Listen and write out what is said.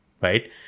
right